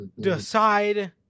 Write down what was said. Decide